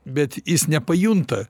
bet jis nepajunta